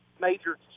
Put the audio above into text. major